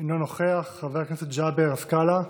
אינו נוכח, חבר הכנסת ג'אבר עסקאלה,